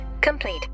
complete